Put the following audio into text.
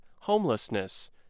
homelessness